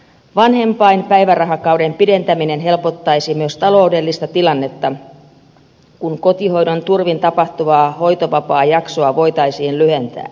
vanhempainpäivärahakauden pidentäminen helpottaisi myös taloudellista tilannetta kun kotihoidon turvin tapahtuvaa hoitovapaajaksoa voitaisiin lyhentää